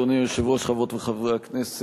הרווחה והבריאות התקבלה.